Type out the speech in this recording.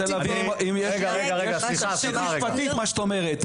אני רוצה להבין אם יש תשתית משפטית למה שאת אומרת.